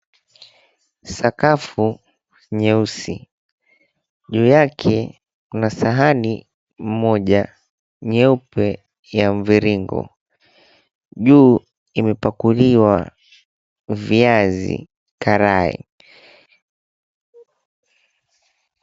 Sakafu nyeusi, juu yake kuna sahani moja nyeupe ya mviringo. Juu imepakuliwa viazi karai.